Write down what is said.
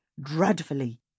dreadfully